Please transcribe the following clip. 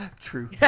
True